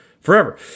forever